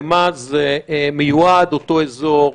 למה מיועד אותו אזור?